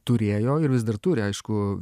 turėjo ir vis dar turi aišku